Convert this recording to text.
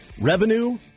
revenue